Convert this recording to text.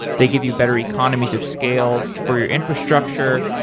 they give you better economies of scale for your infrastructure,